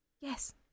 Yes